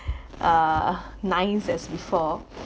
uh naive as before